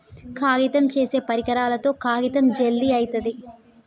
కాగితం చేసే పరికరాలతో కాగితం జల్ది అయితది